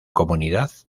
comunidad